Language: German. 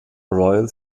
royal